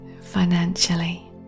financially